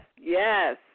yes